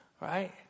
Right